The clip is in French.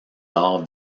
d’arts